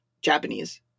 Japanese